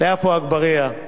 לעפו אגבאריה,